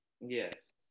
Yes